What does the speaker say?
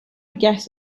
guess